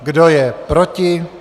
Kdo je proti?